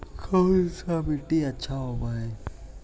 कोन सा मिट्टी अच्छा होबहय?